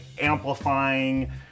amplifying